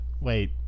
Wait